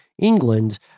England